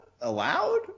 allowed